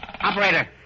Operator